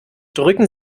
drücken